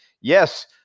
Yes